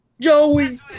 Joey